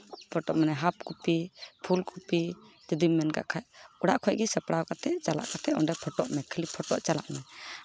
photo ᱢᱟᱱᱮ half copy full copy ᱡᱩᱫᱤᱢ ᱢᱮᱱᱠᱟᱜ ᱠᱷᱟᱡ ᱚᱲᱟᱜ ᱠᱷᱚᱡ ᱜᱮ ᱥᱟᱯᱲᱟᱣ ᱠᱟᱛᱮᱫ ᱪᱟᱞᱟᱣ ᱠᱟᱛᱮᱫ ᱚᱸᱰᱮ ᱯᱷᱳᱴᱳᱜ ᱢᱮ ᱠᱷᱟᱹᱞᱤ ᱯᱷᱳᱴᱳᱜ ᱪᱟᱞᱟᱜ ᱢᱮ